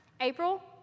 April